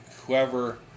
whoever